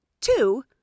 two